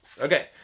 Okay